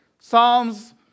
Psalms